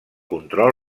control